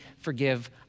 forgive